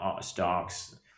stocks